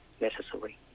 necessary